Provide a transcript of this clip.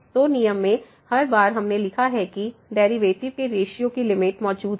तो नियम में हर बार हमने लिखा है कि डेरिवेटिव के रेश्यो की लिमिट मौजूद है